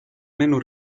meno